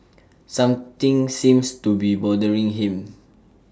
something seems to be bothering him